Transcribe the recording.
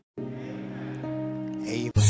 amen